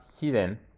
hidden